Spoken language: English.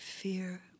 fear